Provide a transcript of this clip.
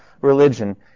religion